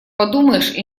подумаешь